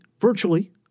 virtually